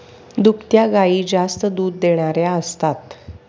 दुभत्या गायी जास्त दूध देणाऱ्या असतात